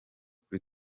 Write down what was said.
kuri